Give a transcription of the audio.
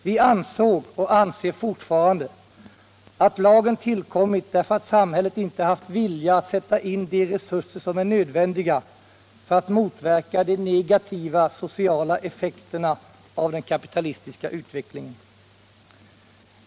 Vi ansåg och anser fortfarande att lagen tillkommit därför att samhället inte haft vilja att sätta in de resurser som är nödvändiga för att motverka de negativa sociala effekterna av den kapitalistiska utvecklingen.